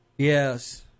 Yes